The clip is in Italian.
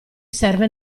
serve